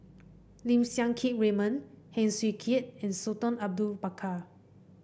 Lim Siang Keat Raymond Heng Swee Keat and Sultan Abu Bakar